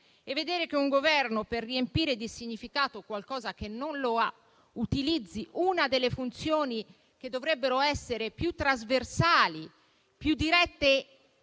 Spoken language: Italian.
Vedere che un Governo, per riempire di significato qualcosa che non lo ha, utilizza una delle funzioni che dovrebbero essere più trasversali e più guidate